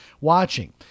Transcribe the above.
watching